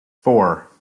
four